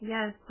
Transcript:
Yes